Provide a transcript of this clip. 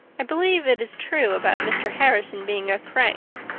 i believe it is true about mr. harrison being a crank.